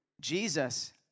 Jesus